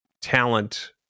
talent